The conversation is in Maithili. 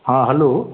हॅं हेलो